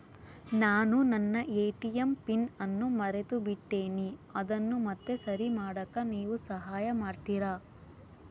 ನಾನು ನನ್ನ ATM PIN ಅನ್ನು ಮರೆತುಬಿಟ್ಟೇನಿ ಅದನ್ನು ಮತ್ತೆ ಸರಿ ಮಾಡಾಕ ನೇವು ಸಹಾಯ ಮಾಡ್ತಿರಾ?